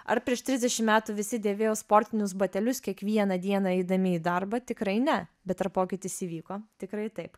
ar prieš trisdešim metų visi dėvėjo sportinius batelius kiekvieną dieną eidami į darbą tikrai ne bet ar pokytis įvyko tikrai taip